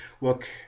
look